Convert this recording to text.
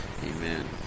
Amen